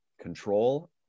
control